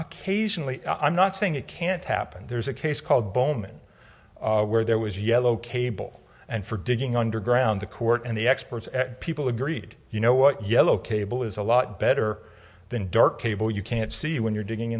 occasionally i'm not saying it can't happen there's a case called bowman where there was yellow cable and for digging underground the court and the experts at people agreed you know what yellow cable is a lot better than dark cable you can't see when you're digging